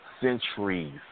Centuries